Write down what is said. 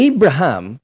Abraham